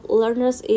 learners